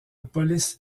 police